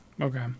Okay